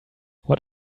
what